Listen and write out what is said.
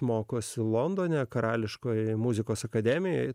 mokosi londone karališkojoje muzikos akademijoje